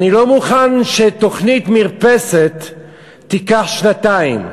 אני לא מוכן שתוכנית מרפסת תיקח שנתיים.